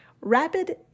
rapid